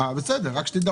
בסדר, רק שתדע.